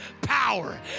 power